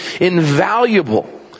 invaluable